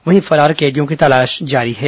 वहीं फरार कैदियों की तलाश जारी है